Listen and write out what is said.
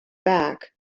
back